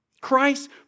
Christ